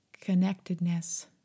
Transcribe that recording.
connectedness